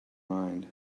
mind